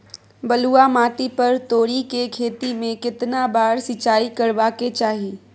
बलुआ माटी पर तोरी के खेती में केतना बार सिंचाई करबा के चाही?